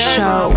Show